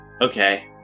Okay